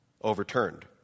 overturned